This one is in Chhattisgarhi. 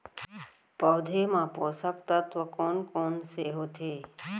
पौधे मा पोसक तत्व कोन कोन से होथे?